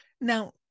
Now